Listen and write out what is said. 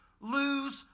lose